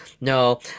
no